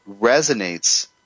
resonates